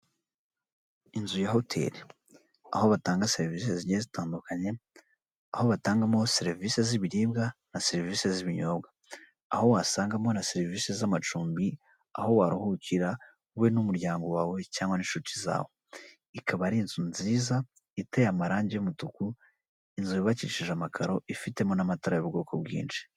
Inzu ya hoteli aho batanga serivisi zigiye zitandukanye. aho batangamo serivisi z'ibiribwa na serivisi z'ibinyobwa, aho wasangamo na serivisi z'amacumbi, aho waruhukira wowe n'umuryango wawe cyangwa inshuti zawe; ikaba ari inzu nziza iteye amarangi y'umutuku, inzu yubakishije amakaro, ifitemo n'amatara y'ubwoko bwinshi.